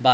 but